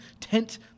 tent